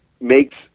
makes